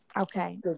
Okay